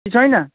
कि छैन